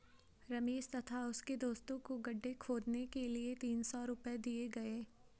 रमेश तथा उसके दोस्तों को गड्ढे खोदने के लिए तीन सौ रूपये दिए गए